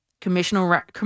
Commissioner